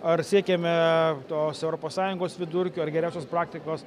ar siekiame tos europos sąjungos vidurkio ar geriausios praktikos